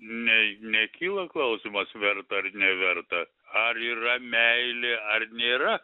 nei nekyla klausimas verta ar neverta ar yra meilė ar nėra